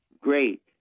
Great